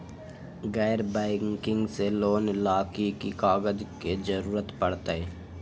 गैर बैंकिंग से लोन ला की की कागज के जरूरत पड़तै?